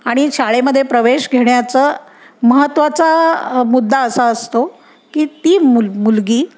आणि शाळेमध्ये प्रवेश घेण्याचं महत्त्वाचा मुद्दा असा असतो की ती मुल मुलगी